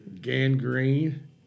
gangrene